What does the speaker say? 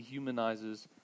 dehumanizes